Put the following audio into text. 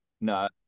no